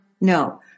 No